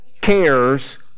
cares